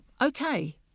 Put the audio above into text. okay